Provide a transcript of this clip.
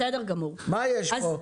מה יש פה?